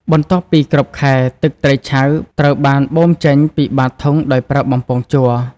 បន្ទាប់ពីគ្រប់ខែ ទឹកត្រីឆៅត្រូវបាន បូមចេញ ពីបាតធុងដោយប្រើបំពង់ជ័រ។